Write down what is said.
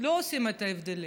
לא עושים הבדלים.